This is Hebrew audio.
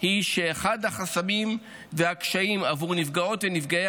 היא שאחד החסמים והקשיים עבור נפגעות ונפגעי